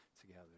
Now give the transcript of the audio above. together